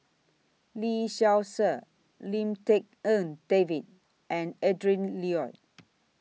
Lee Seow Ser Lim Tik En David and Adrin Loi